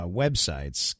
websites